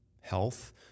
health